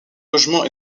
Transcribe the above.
logements